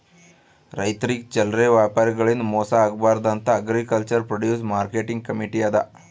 ರೈತರಿಗ್ ಚಲ್ಲರೆ ವ್ಯಾಪಾರಿಗಳಿಂದ್ ಮೋಸ ಆಗ್ಬಾರ್ದ್ ಅಂತಾ ಅಗ್ರಿಕಲ್ಚರ್ ಪ್ರೊಡ್ಯೂಸ್ ಮಾರ್ಕೆಟಿಂಗ್ ಕಮೀಟಿ ಅದಾ